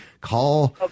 Call